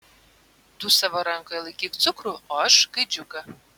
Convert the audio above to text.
tu savo rankoje laikyk cukrų o aš gaidžiuką